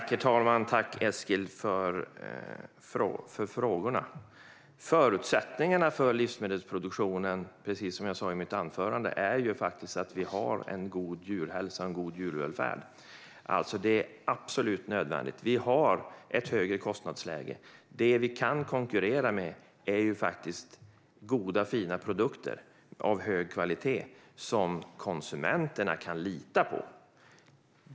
Herr talman! Tack, Eskil, för frågorna! Förutsättningarna för livsmedelsproduktionen är, precis som jag sa i mitt anförande, att vi har en god djurhälsa och en god djurvälfärd. Detta är absolut nödvändigt. Vi har ett högre kostnadsläge. Det vi kan konkurrera med är goda, fina produkter av hög kvalitet som konsumenterna kan lita på.